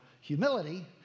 humility